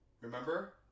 Remember